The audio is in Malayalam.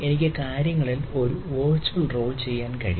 എനിക്ക് കാര്യങ്ങളിൽ ഒരു വെർച്വൽ റോൾ ചെയ്യാൻ കഴിയും